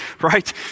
right